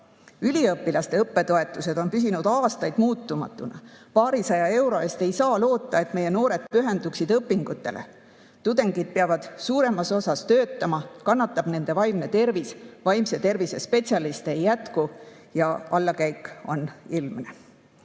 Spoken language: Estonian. Üliõpilaste õppetoetused on püsinud aastaid muutumatuna. Paarisaja euro eest ei saa loota, et meie noored pühenduksid õpingutele. Tudengid peavad suuremas osas töötama, nii kannatab nende vaimne tervis, vaimse tervise spetsialiste ei jätku ja allakäik on